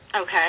Okay